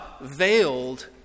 veiled